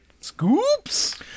Scoops